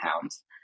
pounds